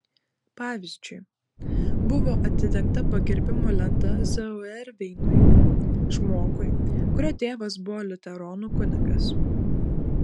pavyzdžiui buvo atidengta pagerbimo lenta zauerveinui žmogui kurio tėvas buvo liuteronų kunigas